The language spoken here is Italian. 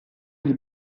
gli